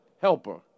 helper